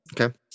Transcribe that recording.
Okay